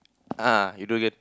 ah you do again